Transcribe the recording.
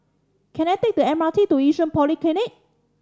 can I take the M R T to Yishun Polyclinic